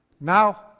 Now